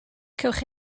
cewch